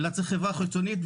אלא צריך חברה חיצונית,